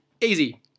easy